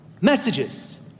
messages